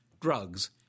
drugs